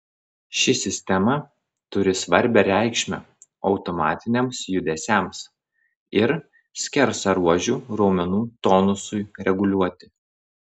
ši sistema turi svarbią reikšmę automatiniams judesiams ir skersaruožių raumenų tonusui reguliuoti